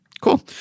Cool